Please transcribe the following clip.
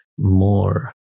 more